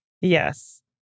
yes